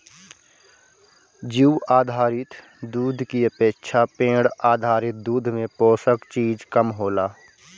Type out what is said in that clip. जीउ आधारित दूध की अपेक्षा पेड़ आधारित दूध में पोषक चीज कम होला